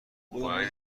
باید